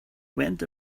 went